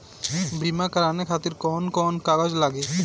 बीमा कराने खातिर कौन कौन कागज लागी?